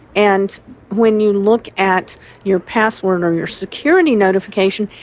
and when you look at your password or your security notification,